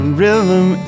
rhythm